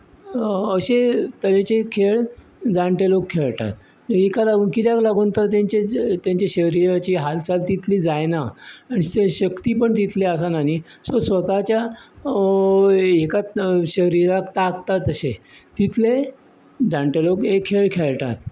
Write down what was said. अशे तरेचे खेळ जाणटे लोक खेळटात ऐका लागून कित्याक लागून तर तेंचें शरीराची हालचाल तितली जायना तेंची शक्ती पण तितली आसना न्ही स्वताच्या शरीराक थांकता तशें तितले जाणटे लोक एक खेळ खेळटात